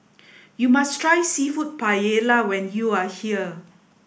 you must try Seafood Paella when you are here